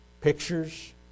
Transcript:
pictures